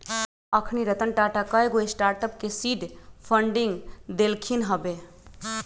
अखनी रतन टाटा कयगो स्टार्टअप के सीड फंडिंग देलखिन्ह हबे